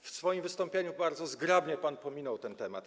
W swoim wystąpieniu bardzo zgrabnie pan pominął ten temat.